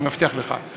אני מבטיח לך.